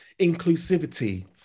inclusivity